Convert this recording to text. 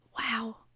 Wow